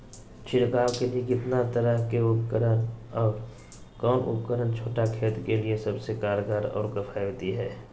छिड़काव के लिए कितना तरह के उपकरण है और कौन उपकरण छोटा खेत के लिए सबसे कारगर और किफायती है?